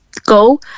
go